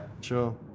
Sure